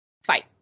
Fight